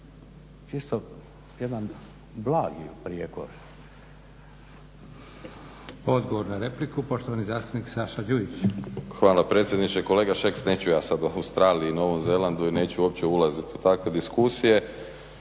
Čito jedan blagi prijekor.